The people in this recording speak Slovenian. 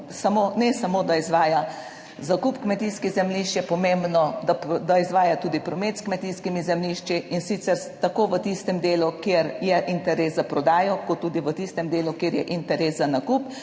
ne samo, da izvaja zakup kmetijskih zemljišč, je pomembno, da izvaja tudi promet s kmetijskimi zemljišči in sicer tako v tistem delu, kjer je interes za prodajo, kot tudi v tistem delu, kjer je interes za nakup